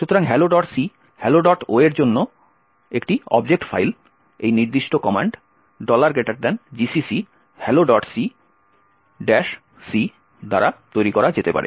সুতরাং helloc helloo এর জন্য একটি অবজেক্ট ফাইল এই নির্দিষ্ট কমান্ড gcc helloc c দ্বারা তৈরি করা যেতে পারে